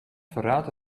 verraadt